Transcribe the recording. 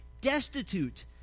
destitute